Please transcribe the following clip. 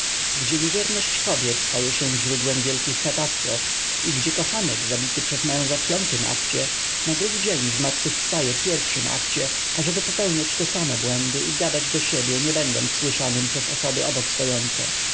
gdzie niewierność kobiet staje się źródłem wielkich katastrof i gdzie kochanek zabity przez męża w piątym akcie na drugi dzień zmartwychwstaje w pierwszym akcie ażeby popełniać te same błędy i gadać do siebie nie będąc słyszanym przez osoby obok stojące